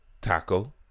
Taco